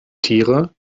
tiere